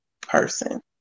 person